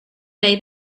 day